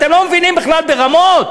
אתם לא מבינים בכלל ברמות,